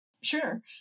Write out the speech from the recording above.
Sure